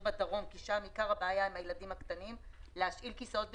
בדרום כי שם עיקר הבעיה עם הילדים הקטנים להשאיל כיסאות בטיחות.